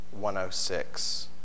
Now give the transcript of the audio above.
106